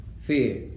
Fear